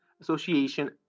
Association